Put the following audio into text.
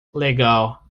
legal